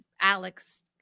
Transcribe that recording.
Alex